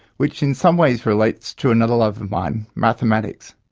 which in some ways relates to another love of mine, mathematics.